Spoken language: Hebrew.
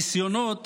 ניסיונות